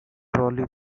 trolley